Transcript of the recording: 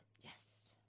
Yes